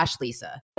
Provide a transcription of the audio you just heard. Lisa